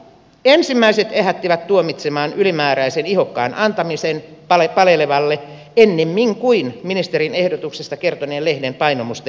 ensimmäiset ehättivät tuomitsemaan ylimääräisen ihokkaan antamisen palelevalle ennemmin kuin ministerin ehdotuksesta kertoneen lehden painomuste ennätti kuivua